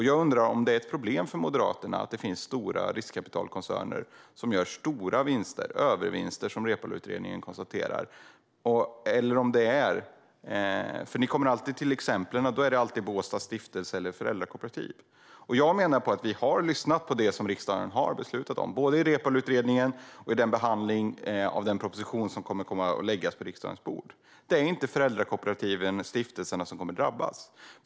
Jag undrar om det är ett problem för Moderaterna att det finns stora riskkapitalkoncerner som gör stora vinster - övervinster som Reepaluutredningen konstaterar. Ni återkommer alltid till Båstads stiftelse eller föräldrakooperativ som exempel. Jag menar att vi har lyssnat på det som riksdagen har beslutat om, både i Reepaluutredningen och i behandlingen av den proposition som kommer att läggas på riksdagens bord. Det är inte föräldrakooperativen och stiftelserna som kommer att drabbas.